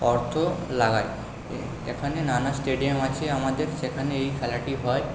অর্থ লাগায় এখানে নানা স্টেডিয়াম আছে আমাদের সেখানে এই খেলাটি হয়